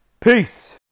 peace